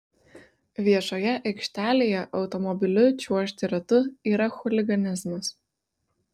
viešoje aikštelėje automobiliu čiuožti ratu yra chuliganizmas